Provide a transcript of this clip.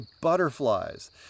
butterflies